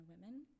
women